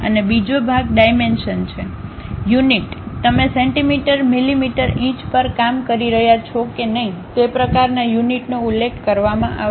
અને બીજો ભાગ ડાયમેન્શન છે યુનિટ તમે સેન્ટિમીટર મિલીમીટર ઇંચ પર કામ કરી રહ્યા છો કે નહીં તે પ્રકારના યુનિટ નો ઉલ્લેખ કરવામાં આવશે